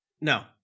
No